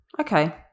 okay